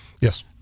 Yes